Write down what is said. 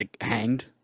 hanged